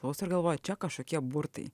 klauso ir galvoja čia kažkokie burtai